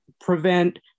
prevent